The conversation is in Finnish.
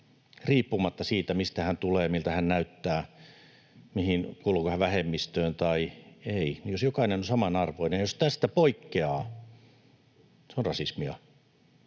riippumatta siitä, mistä hän tulee, miltä hän näyttää, kuuluuko hän vähemmistöön vai ei, niin jos jokainen on samanarvoinen mutta jos tästä poikkeaa, se on rasismia.